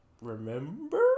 remember